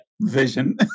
vision